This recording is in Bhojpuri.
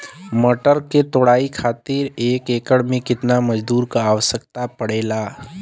मटर क तोड़ाई खातीर एक एकड़ में कितना मजदूर क आवश्यकता पड़ेला?